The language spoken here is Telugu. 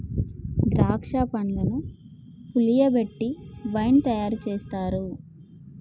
ద్రాక్ష పండ్లను పులియబెట్టి వైన్ తయారు చేస్తారు